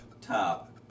top